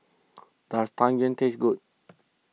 does Tang Yuen taste good